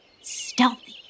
stealthy